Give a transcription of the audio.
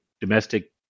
domestic